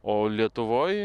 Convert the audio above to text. o lietuvoj